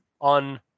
on